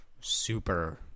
super